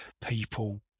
people